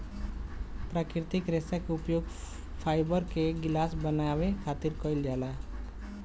प्राकृतिक रेशा के उपयोग फाइबर के गिलास बनावे खातिर कईल जाला